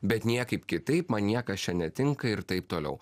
bet niekaip kitaip man niekas čia netinka ir taip toliau